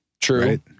True